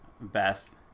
Beth